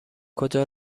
کجا